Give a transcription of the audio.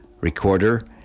recorder